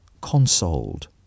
consoled